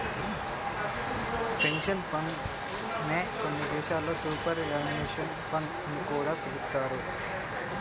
pension fund నే కొన్ని దేశాల్లో సూపర్ యాన్యుయేషన్ ఫండ్ అని కూడా పిలుత్తారు